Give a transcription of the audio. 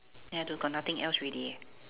ya the got nothing else already